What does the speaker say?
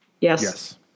Yes